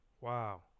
Wow